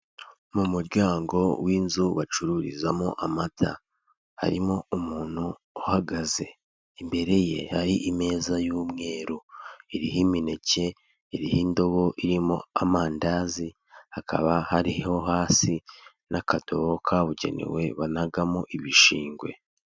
Mu muryango w'inzu bacururizamo amata harimo umuntu uhagaze imbere ye, hari ameza y'umweru iriho imineke, iriho indobo irimo amandazi hakaba hariho hasi n'akadobo kabugenewe banagamo ibishingwe.